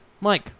Mike